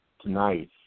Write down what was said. tonight